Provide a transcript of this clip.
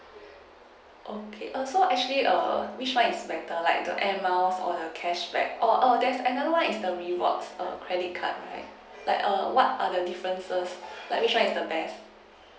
okay err so actually err which [one] is better like the Air Miles or cashback or or there's another one is the rewards um credit card right like err what are the differences like which one is the best